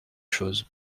chose